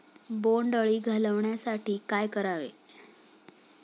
बोंडअळी घालवण्यासाठी काय करावे?